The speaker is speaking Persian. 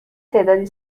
تعدادی